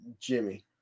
Jimmy